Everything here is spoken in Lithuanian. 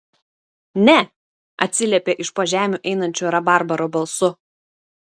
ne atsiliepė iš po žemių einančiu rabarbaro balsu